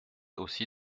aussi